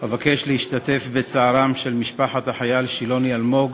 אבקש להשתתף בצערן של משפחת החייל אלמוג